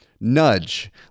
nudge